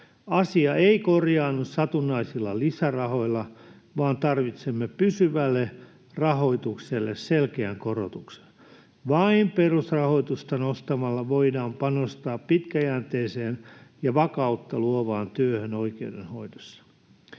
Asia ei korjaannu satunnaisilla lisärahoilla, vaan tarvitsemme pysyvälle rahoitukselle selkeän korotuksen. Vain perusrahoitusta nostamalla voidaan panostaa pitkäjänteiseen ja vakautta luovaan työhön oikeudenhoidossa.